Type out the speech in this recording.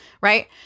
right